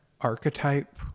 archetype